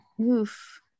oof